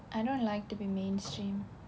I don't like to be mainstream